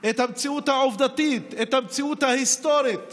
את המציאות העובדתית, את המציאות ההיסטורית